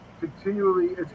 continually